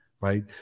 right